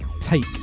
Take